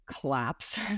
collapse